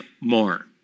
more